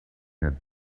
had